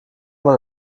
man